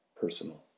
personal